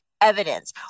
evidence